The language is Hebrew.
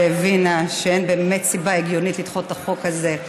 שהבינה שאין באמת סיבה הגיונית לדחות את החוק הזה,